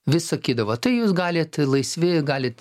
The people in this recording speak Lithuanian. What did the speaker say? vis sakydavo tai jūs galit laisvi galit